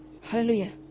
Hallelujah